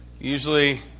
Usually